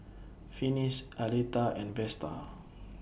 Finis Aleta and Vesta